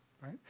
right